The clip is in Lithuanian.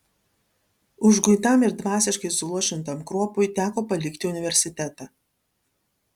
užguitam ir dvasiškai suluošintam kruopui teko palikti universitetą